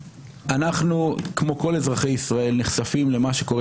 אנחנו כמו כל אזרחי ישראל נחשפים למה שקורה